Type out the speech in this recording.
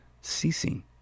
ceasing